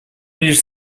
лишь